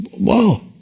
Wow